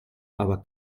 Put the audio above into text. aber